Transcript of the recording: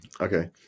Okay